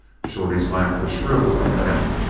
shorty's laugh was shrill with contempt.